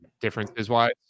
differences-wise